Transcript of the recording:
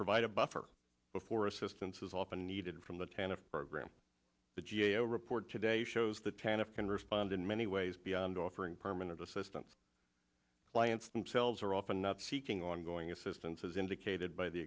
provide a buffer before assistance is often needed from the tanach program the g a o report today shows the tanach can respond in many ways beyond offering permanent assistance clients themselves are often not seeking ongoing assistance as indicated by the